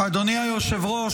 אדוני היושב-ראש,